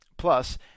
Plus